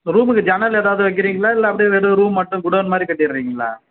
ரூமுக்கு ஜன்னல் ஏதாவது வைக்கிறிங்களா இல்லை அப்படியே வெறும் ரூம் மட்டும் குடோவுன் மாதிரி கட்டிடுறீங்களா